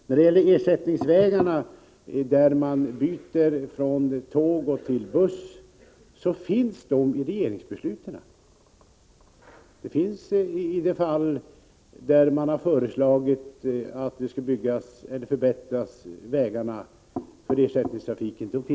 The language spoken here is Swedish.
När det gäller ersättningsvägarna — där man byter från tåg till buss — vill jag säga att de finns med i regeringsbesluten. Det gäller alltså de fall där man har föreslagit att vägarna skall förbättras för ersättningstrafiken.